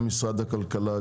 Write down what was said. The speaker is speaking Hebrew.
גם משרד הכלכלה,